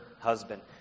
husband